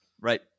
right